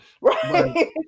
right